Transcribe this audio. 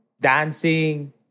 dancing